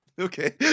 Okay